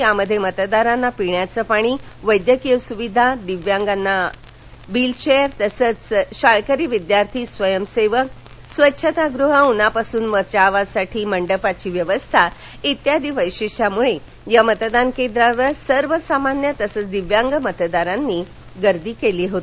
या मध्ये मतदारांना पिण्याचे पाणी वध्कीय सुविधा दिव्यांग मतदारांना व्हील चेअर तसेच शाळकरी विद्यार्थी स्वयंसेवक स्वच्छता गृह उन्हापासून बचावासाठी मंडपाची व्यवस्था आदी वश्विष्यांमुळे या मतदान केंद्रावर सर्वसामान्य तसंच दिव्यांग मतदारांनी मतदानासाठी गर्दी केली होती